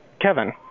Kevin